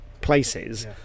places